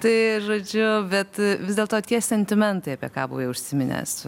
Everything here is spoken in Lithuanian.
tai žodžiu bet vis dėlto tie sentimentai apie ką buvai užsiminęs